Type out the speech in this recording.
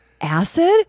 acid